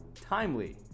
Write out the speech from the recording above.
Timely